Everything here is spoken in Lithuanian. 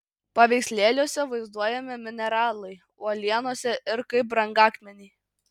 paveikslėliuose vaizduojami mineralai uolienose ir kaip brangakmeniai